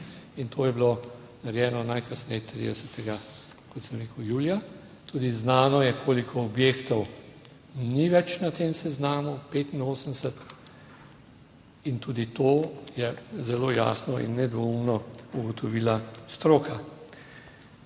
in to je bilo narejeno najkasneje 30., kot sem rekel, julija. Tudi znano je, koliko objektov ni več na tem seznamu - 85 - in tudi to je zelo jasno in nedvoumno ugotovila stroka.